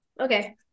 Okay